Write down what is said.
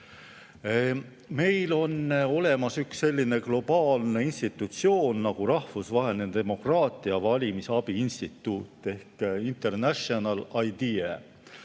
on olemas üks selline globaalne institutsioon nagu rahvusvaheline demokraatia ja valimisabi instituut ehk IDEA.